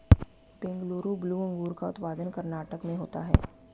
Bengaluru blue अंगूर का उत्पादन कर्नाटक में होता है